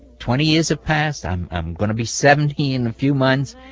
twenty years have passed. i'm i'm going to be seventy in a few months.